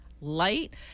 light